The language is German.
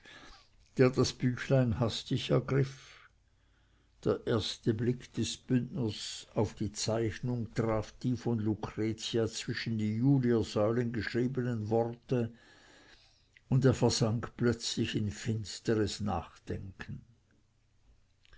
der das büchlein hastig ergriff der erste blick des bündners auf die zeichnung traf die von lucretia zwischen die juliersäulen geschriebenen worte und er versank plötzlich in finsteres nachdenken